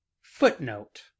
footnote